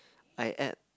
I add